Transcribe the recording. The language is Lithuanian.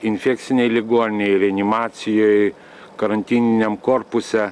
infekcinėj ligoninėj reanimacijoj karantininiam korpuse